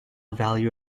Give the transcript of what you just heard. value